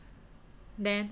then